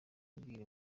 ubwira